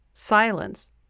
Silence